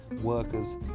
Workers